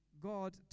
God